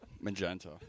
Magenta